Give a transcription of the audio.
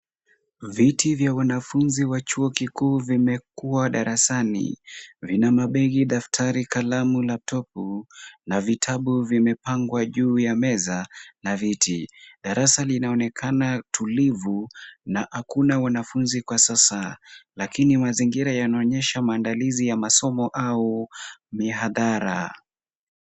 Viti vya wanafunzi wa chuo kikuu vimekuwa darasani. Vina mabegi , daftari, kalamu na laptopu na vitabu vimepangwa juu ya meza na viti. Darasa linaonekana tulivu na hakuna wanafunzi kwa sasa, lakini mazingira yanaonyesha maandalizi ya masomo au mihadhara.